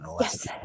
Yes